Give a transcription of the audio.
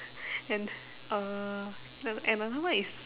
and uh an~ another one is